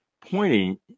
pointing